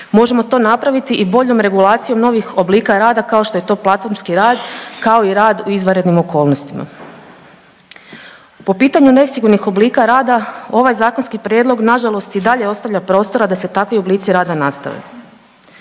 Možemo to napraviti i boljom regulacijom novih oblika rada, kao što je to platformski rad, kao i rad u izvanrednim okolnostima. Po pitanju nesigurnih oblika rada, ovaj zakonski prijedlog nažalost i dalje ostavlja prostora da se takvi oblici rada nastave.